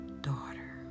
daughter